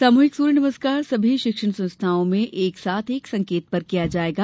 सामूहिक सूर्य नमस्कार सभी शिक्षण संस्थाओं में एक साथ एक संकेत पर किया जायेगा